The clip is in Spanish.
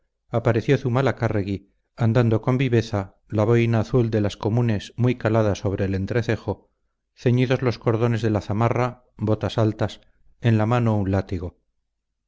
apareció zumalacárregui andando con viveza la boina azul de las comunes muy calada sobre el entrecejo ceñidos los cordones de la zamarra botas altas en la mano un látigo